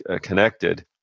connected